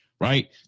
right